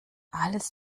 alles